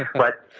but,